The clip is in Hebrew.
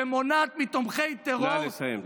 שמונעת מתומכי טרור, נא לסיים.